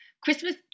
Christmas